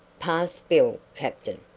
pass bill, captain.